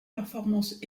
performances